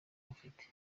bufite